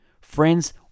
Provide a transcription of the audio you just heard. friends